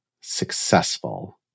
successful